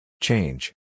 Change